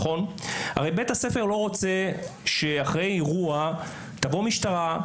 הרי בית-הספר לא רוצה שאחרי אירוע תבוא משטרה,